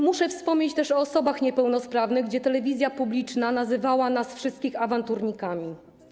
Muszę wspomnieć też o osobach niepełnosprawnych, bo telewizja publiczna nazywała nas wszystkich awanturnikami.